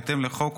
ובהתאם לחוק,